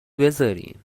بذاریم